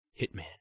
Hitman